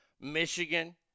Michigan